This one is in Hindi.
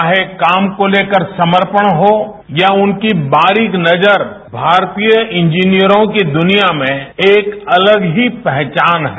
चाहे काम को लेकर समपर्ण हो या उनकी बारीक नजर भारतीय इंजीनियरों की दुनिया में एक अलग ही पहचान है